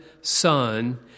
son